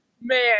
man